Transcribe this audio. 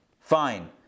Fine